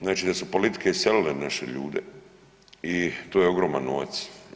Znači da su politike iselile naše ljude i to je ogroman novac.